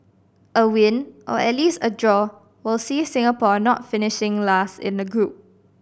a win or at least a draw will see Singapore not finishing last in the group